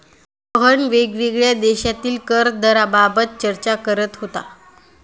सोहन वेगवेगळ्या देशांतील कर दराबाबत चर्चा करत होता